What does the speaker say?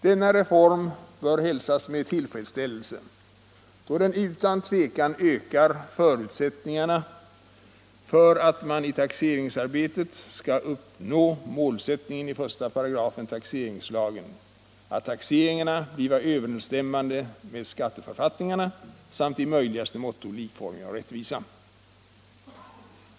Denna reform bör hälsas med tillfredsställelse, då den utan tvekan ökar förutsättningarna för att man i taxeringsarbetet skall uppnå målsättningen i 1 § taxeringslagen, nämligen ”att taxeringarna bliva överensstämmande med skatteförfattningarna samt i möjligaste måtto likformiga och rättvisa”.